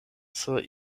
sur